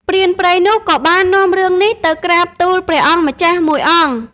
ព្រានព្រៃនោះក៏បាននាំរឿងនេះទៅក្រាបទូលព្រះអង្គម្ចាស់មួយអង្គ ។